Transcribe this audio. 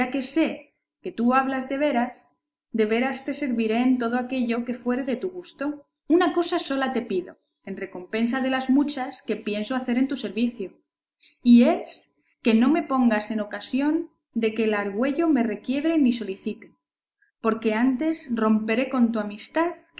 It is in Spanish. sé que tú hablas de veras de veras te serviré en todo aquello que fuere de tu gusto una cosa sola te pido en recompensa de las muchas que pienso hacer en tu servicio y es que no me pongas en ocasión de que la argüello me requiebre ni solicite porque antes romperé con tu amistad